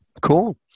cool